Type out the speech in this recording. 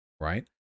right